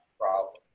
rob.